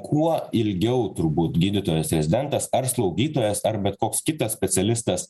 kuo ilgiau turbūt gydytojas rezidentas ar slaugytojas ar bet koks kitas specialistas